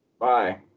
Bye